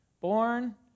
Born